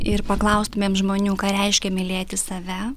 ir paklaustumėm žmonių ką reiškia mylėti save